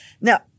Now